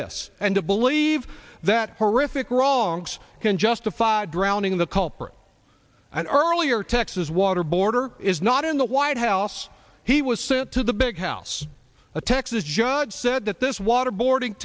this and to believe that horrific wrongs can justify drowning in the culprit and our earlier texas water border is not in the white house he was sent to the big house a texas judge said that this waterboarding